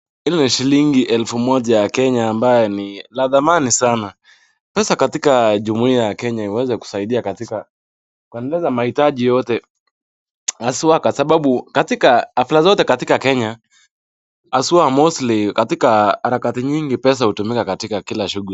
Hili ni shilingi elfu moja ya Kenya ambayo ni la dhamani sana, pesa katika jumuiya ya Kenya imeweza kusaidia katika kuendeleza mahitaji yote haswa kwa sababu hafla zote katika kenya haswa mostly katika harakati nyingi, pesa hutumika katika shughuli.